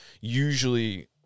usually –